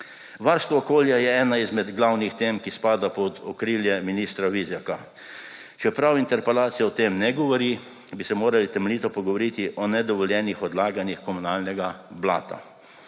Varstvo okolja je ena izmed glavnih tem, ki spadajo pod okrilje ministra Vizjaka. Čeprav interpelacija o tem ne govori, bi se morali temeljito pogovoriti o nedovoljenih odlaganjih komunalnega blata.